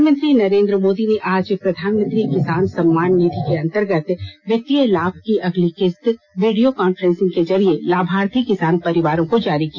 प्रधानमंत्री नरेंद्र मोदी ने आज प्रधानमंत्री किसान सम्मान निधि के अंतर्गत वित्तीय लाभ की अगली किस्त वीडियो कॉफ्रेंसिंग के जरिए लाभार्थी किसान परिवारों को जारी की